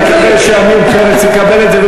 אני מקווה שעמיר פרץ יקבל את זה,